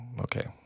okay